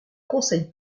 conseille